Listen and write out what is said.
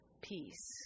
peace